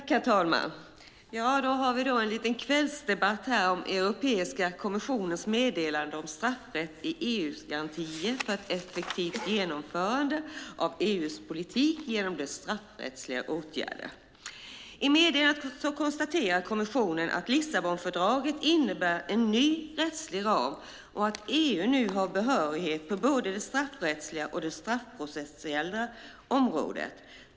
Herr talman! Så har vi då en liten kvällsdebatt om Europeiska kommissionens meddelande Straffrätt i EU: garantier för ett effektivt genomförande av EU:s politik genom straffrättsliga åtgärder . I meddelandet konstaterar kommissionen att Lissabonfördraget innebär en ny rättslig ram och att EU nu har behörighet på både det straffrättsliga och det straffprocessuella området.